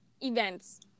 events